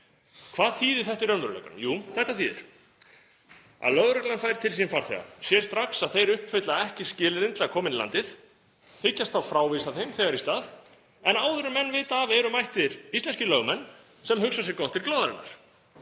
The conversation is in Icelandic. Hvað þýðir þetta í raunveruleikanum? Jú, þetta þýðir að lögreglan fær til sín farþega, sér strax að þeir uppfylla ekki skilyrðin til að koma inn í landið, hyggjast þá frávísa þeim þegar í stað, en áður en menn vita af eru mættir íslenskir lögmenn sem hugsa sér gott til glóðarinnar.